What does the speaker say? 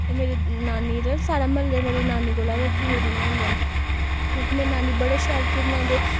ते मेरी नानी दे सारे म्ह्ल्ले मेरी नानी कोला गै घ्यूर बनोआंदे न क्योंकि मेरी नानी बड़े शैल घ्यूर बनांदी